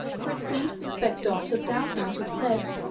for it seemed to suspect dot of doubting what it said.